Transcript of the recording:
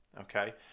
okay